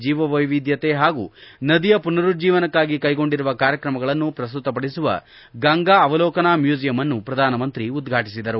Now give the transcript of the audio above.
ಜೀವವೈದ್ಯತೆ ಹಾಗೂ ನದಿಯ ಮನರುಜ್ಜೀವನಕ್ಕಾಗಿ ಕೈಗೊಂಡಿರುವ ಕಾರ್ಯಕ್ರಮಗಳನ್ನು ಪ್ರಸ್ತುತಪಡಿಸುವ ಗಂಗಾ ಅವಲೋಕನ ಮ್ಯೂಸಿಯಂ ಅನ್ನೂ ಪ್ರಧಾನಮಂತ್ರಿ ಉದ್ಘಾಟಿಸಿದರು